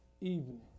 evening